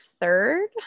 third